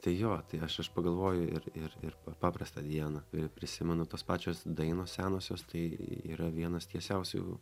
tai jo tai aš aš pagalvoju ir ir ir paprastą dieną ir prisimenu tos pačios dainos senosios tai yra vienas tiesiausių